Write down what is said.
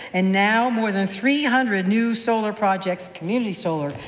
and now, more than three hundred new solar projects community solar,